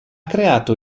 creato